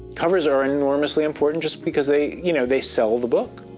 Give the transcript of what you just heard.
covers are enormously important just because they, you know they sell the book.